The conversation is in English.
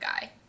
guy